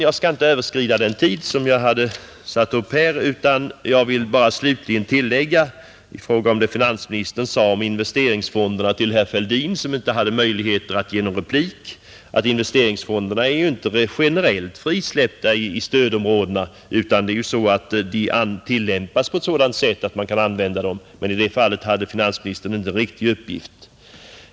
Jag skall inte överskrida den tid som jag hade satt upp, men jag vill slutligen tillägga — i fråga om det som finansministern sade beträffande investeringsfonderna till herr Fälldin, som inte hade möjligheter att ge någon replik — att investeringsfonderna inte är generellt frisläppta i stödområdena, utan att bestämmelserna tillämpas så att man kan använda medlen. I det fallet lämnade inte finansministern en riktig uppgift.